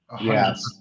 Yes